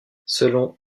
selon